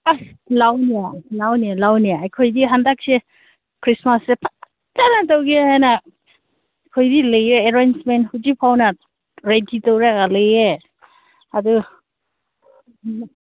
ꯑꯁ ꯂꯥꯎꯅꯦ ꯂꯥꯎꯅꯦ ꯂꯥꯎꯅꯦ ꯑꯩꯈꯣꯏꯗꯤ ꯍꯟꯗꯛꯁꯦ ꯈ꯭ꯔꯤꯁꯃꯥꯁꯁꯦ ꯐꯖꯅ ꯇꯧꯒꯦ ꯍꯥꯏꯅ ꯑꯩꯈꯣꯏꯗꯤ ꯂꯩꯑꯦ ꯑꯔꯦꯟꯁꯃꯦꯟ ꯍꯧꯖꯤꯛ ꯐꯥꯎꯅ ꯔꯦꯗꯤ ꯇꯧꯔꯒ ꯂꯩꯑꯦ ꯑꯗꯨ ꯎꯝ